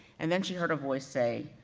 and then she heard a voice say,